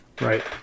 right